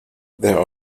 there